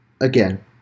Again